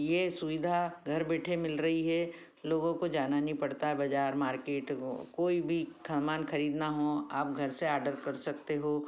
ये सुविधा घर बैठे मिल रही है लोगों को जाना नहीं पड़ता बाजार मार्केट वो कोई भी सामान खरीदना हो आप घर से आडर कर सकते हो